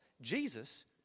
Jesus